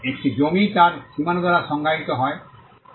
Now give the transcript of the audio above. একটি জমি তার সীমানা দ্বারা সংজ্ঞায়িত করা হয়